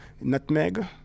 Nutmeg